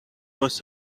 was